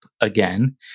again